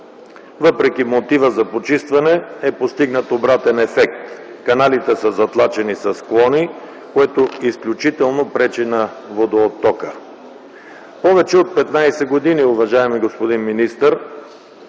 Въпреки мотива за почистване е постигнат обратен ефект. Каналите са затлачени с клони, което изключително пречи на водооттока. Повече от 15 години, уважаеми господин министър,